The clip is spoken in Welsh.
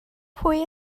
pwy